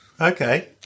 Okay